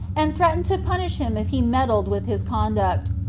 and threatened to punish him if he meddled with his conduct.